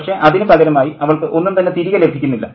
പക്ഷേ അതിനു പകരമായി അവൾക്ക് ഒന്നും തന്നെ തിരികെ ലഭിക്കുന്നില്ല